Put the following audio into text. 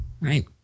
Right